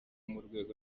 rwego